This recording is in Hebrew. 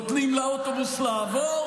מאשר אכיפה בררנית.